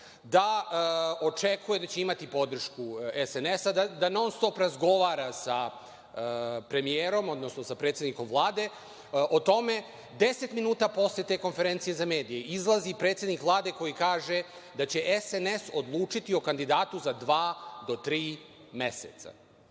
da očekuje da će imati podršku SNS, da non-stop razgovara sa premijerom, odnosno sa predsednikom Vlade o tome. Deset minuta posle te konferencije za medije izlazi predsednik Vlade koji kaže, da će SNS odlučiti o kandidatu za dva do tri meseca.